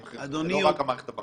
זה לא רק המערכת הבנקאית.